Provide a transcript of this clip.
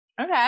okay